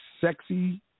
sexy